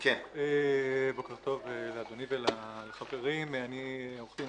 בוקר טוב לאדוני ולחברים, אני עורך דין